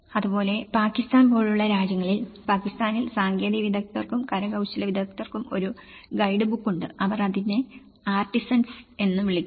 അതുപോലെ പാകിസ്ഥാൻ പോലുള്ള രാജ്യങ്ങളിൽ പാകിസ്ഥാനിൽ സാങ്കേതിക വിദഗ്ധർക്കും കരകൌശല വിദഗ്ധർക്കും ഒരു ഗൈഡ്ബുക്ക് ഉണ്ട് അവർ അതിനെ ആർട്ടിസൻസ് എന്ന് വിളിക്കുന്നു